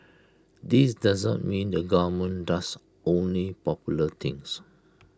this doesn't mean the government does only popular things